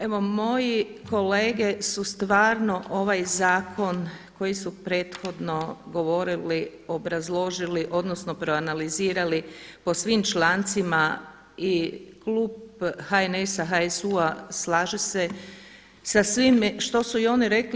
Evo moji kolege su stvarno ovaj zakon koji su prethodno govorili, obrazložili odnosno proanalizirali po svim člancima i klub HNS-a, HSU-a slaže se sa svime što su i oni rekli.